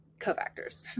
cofactors